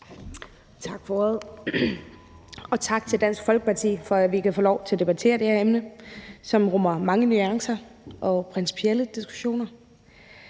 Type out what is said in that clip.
Tak for ordet. Og tak til Dansk Folkeparti for, at vi kan få lov til at debattere det her emne, som rummer mange nuancer og principielle diskussioner.